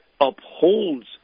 upholds